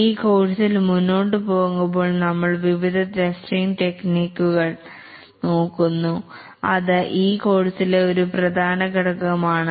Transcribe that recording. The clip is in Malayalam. ഈ കോഴ്സിൽ മുന്നോട്ടു പോകുമ്പോൾ നമ്മൾ വിവിധ ടെസ്റ്റിംഗ് ടെക്നിക്കുകൾ നോക്കുന്നു അത് ഈ കോഴ്സിലെ ഒരു പ്രധാന ഘടകമാണ്